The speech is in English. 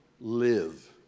live